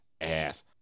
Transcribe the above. ass